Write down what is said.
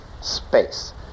space